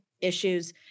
issues